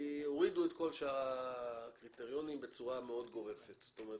הורידו את כל שאר הקריטריונים בצורה גורפת מאוד.